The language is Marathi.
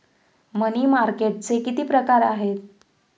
मनी मार्केटचे किती प्रकार आहेत?